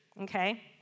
Okay